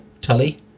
tully